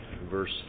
verse